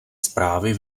zprávy